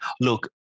Look